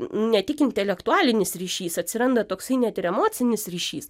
ne tik intelektualinis ryšys atsiranda toksai net ir emocinis ryšys